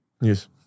Yes